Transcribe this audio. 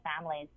families